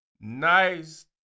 nice